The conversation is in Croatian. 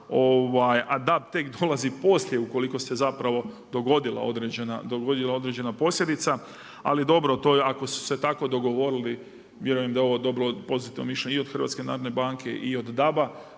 a DAB tek dolazi poslije ukoliko se zapravo dogodila određena posljedica. Ali dobro, ako su se tako dogovorili vjerujem da je dobilo pozitivno mišljenje i od HNB-a i od DAB-a,